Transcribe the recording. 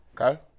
Okay